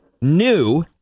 new